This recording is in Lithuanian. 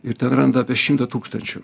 ir ten randa apie šimtą tūkstančių